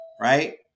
right